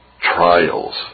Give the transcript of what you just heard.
trials